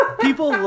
People